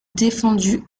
défendu